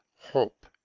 hope